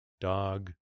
dog